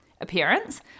appearance